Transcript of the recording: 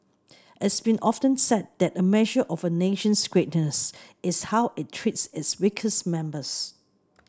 it's been often said that a measure of a nation's greatness is how it treats its weakest members